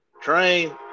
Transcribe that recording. Train